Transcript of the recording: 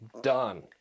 done